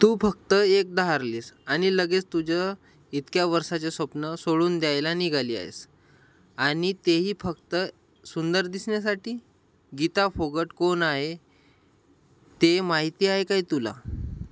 तू फक्त एकदा हरलीस आणि लगेच तुझ्या इतक्या वर्षाच्या स्वप्न सोडून द्यायला निघाली आहेस आणि तेही फक्त सुंदर दिसण्या्साठी गीता फोगट कोण आहे ते माहिती आहे काय तुला